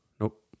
Nope